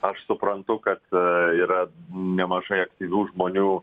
aš suprantu kad yra nemažai aktyvių žmonių